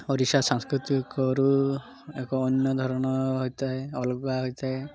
ଓଡ଼ିଶା ସାଂସ୍କୃତିକରୁ ଏକ ଅନ୍ୟ ଧରଣ ହୋଇଥାଏ ଅଲଗା ହୋଇଥାଏ